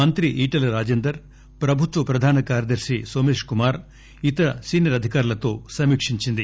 మంత్రి ఈటెల రాజేందర్ ప్రభుత్వ ప్రధాన కార్యదర్శి నోమేష్ కుమార్ ఇతర సీనియర్ అధికారులతో సమీక్షించింది